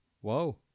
Whoa